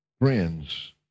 friends